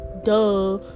duh